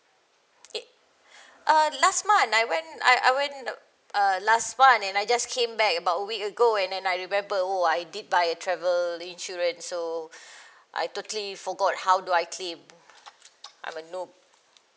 eh uh last month I went I I went the uh last month and I just came back about a week ago and then I remember oh I did buy a travel insurance so I totally forgot how do I claim I'm a noob